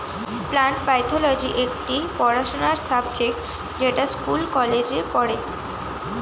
plant pathology একটি পড়াশোনার subject যেটা স্কুল কলেজে পড়ে